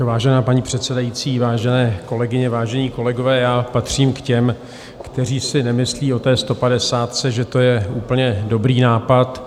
Vážená paní předsedající, vážené kolegyně, vážení kolegové, patřím k těm, kteří si nemyslí o stopadesátce, že to je úplně dobrý nápad.